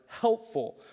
helpful